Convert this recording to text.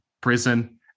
prison